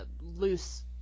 loose